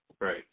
Right